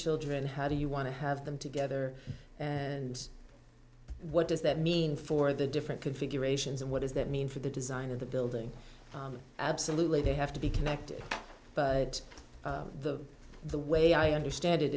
children how do you want to have them together and what does that mean for the different configurations and what does that mean for the design of the building absolutely they have to be connected but the the way i understand it